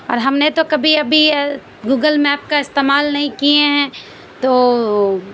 اور ہم نے تو کبی ابی گوگل میپ کا استعمال نہیں کیے ہیں تو